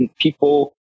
people